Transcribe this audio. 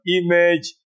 image